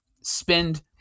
spend